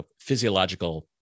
physiological